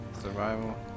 Survival